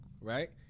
right